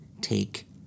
take